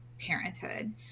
parenthood